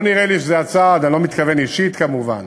לא נראה לי שזה הצעד, אני לא מתכוון אישית, כמובן.